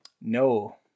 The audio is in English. No